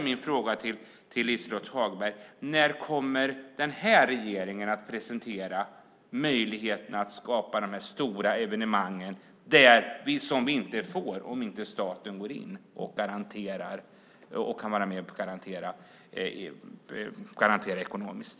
Min fråga till Liselott Hagberg blir därför: När kommer den här regeringen att presentera möjligheter till att skapa de stora evenemang som vi inte får om staten inte går in och kan vara med och garantera det hela ekonomiskt?